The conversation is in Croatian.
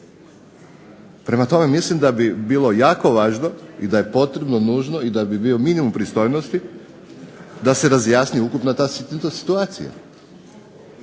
Prema tome, mislim da bi bilo jako važno i da je potrebno, nužno i da bi bio minimum pristojnosti da se razjasni ukupna ta situacija.